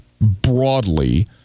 broadly